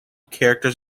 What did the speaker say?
characters